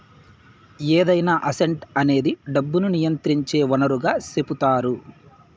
ఏదైనా అసెట్ అనేది డబ్బును నియంత్రించే వనరుగా సెపుతారు